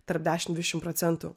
tarp dešim dvidešim procentų